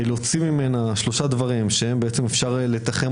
להוציא ממנה שלושה דברים שאפשר יהיה לתחם